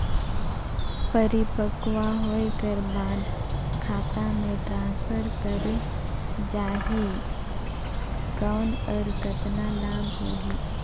परिपक्व होय कर बाद खाता मे ट्रांसफर करे जा ही कौन और कतना लाभ होही?